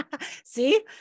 See